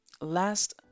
last